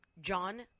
John